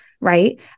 right